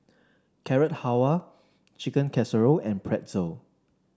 Carrot Halwa Chicken Casserole and Pretzel